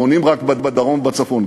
בונים רק בדרום ובצפון,